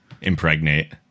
Impregnate